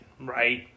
Right